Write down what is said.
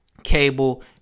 Cable